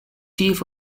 chief